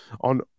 on